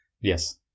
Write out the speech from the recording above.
Yes